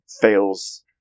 fails